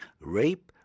rape